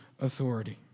authority